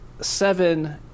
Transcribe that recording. seven